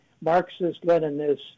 Marxist-Leninist-